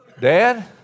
dad